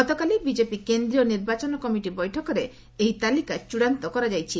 ଗତକାଲି ବିକେପି କେନ୍ଦ୍ରୀୟ ନିର୍ବାଚନ କମିଟି ବୈଠକରେ ଏହି ତାଲିକା ଚୂଡ଼ାନ୍ତ କରାଯାଇଛି